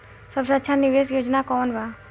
सबसे अच्छा निवेस योजना कोवन बा?